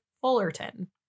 Fullerton